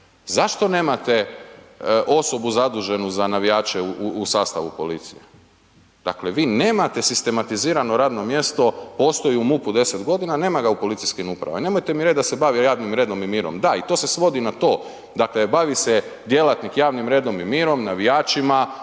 zašto nemate osobu zaduženu za navijače u sastavu policije? Dakle vi nemate sistematizirano radno mjesto, postoji u MUP-u a nema ga u policijskim upravama i nemojte mi reć da se bavi javnim redom i mirom, da, i to se svodi na to, dakle bavi se djelatnik javnim redom i mirom, navijačima,